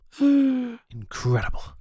Incredible